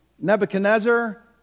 Nebuchadnezzar